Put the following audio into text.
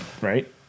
Right